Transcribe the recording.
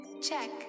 Check